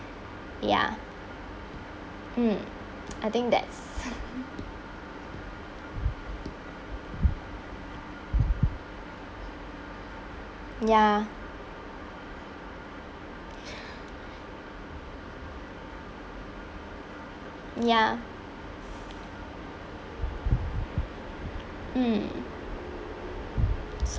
ya mm I think that's ya ya mm